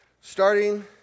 starting